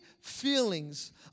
feelings